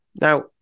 Now